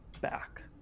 back